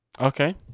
Okay